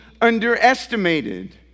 underestimated